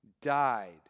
died